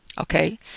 Okay